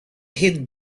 hit